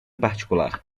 particular